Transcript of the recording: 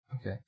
Okay